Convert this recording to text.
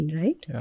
right